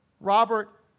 Robert